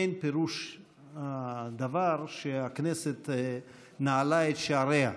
אין פירוש הדבר שהכנסת נעלה את שעריה.